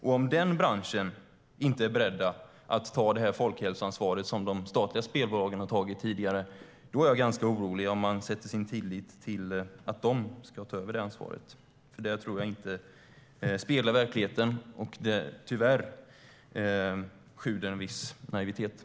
Och om den branschen inte är beredd att ta det folkhälsoansvar som de statliga spelbolagen har tagit tidigare är jag ganska orolig för att sätta tilliten till att de ska ta över det ansvaret. Jag tror inte att det speglar verkligheten. Tyvärr visar det på viss naivitet.